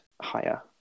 higher